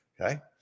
okay